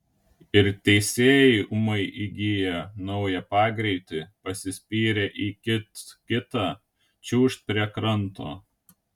ir teisėjai ūmai įgiję naują pagreitį pasispyrę į kits kitą čiūžt prie kranto